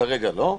כרגע לא.